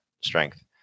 strength